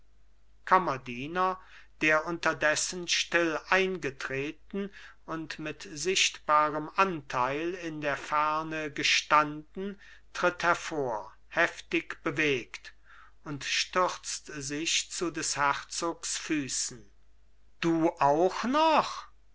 kammerdiener der unterdessen still eingetreten und mit sichtbarem anteil in der ferne gestanden tritt hervor heftig bewegt und stürzt sich zu des herzogs füßen du auch noch